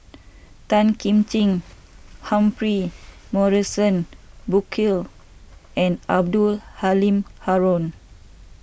Tan Kim Ching Humphrey Morrison Burkill and Abdul Halim Haron